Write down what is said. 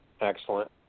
Excellent